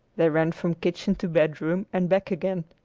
they ran from kitchen to bedroom and back again,